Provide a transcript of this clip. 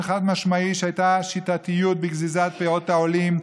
חד-משמעי שהייתה שיטתיות בגזיזת פאות העולים,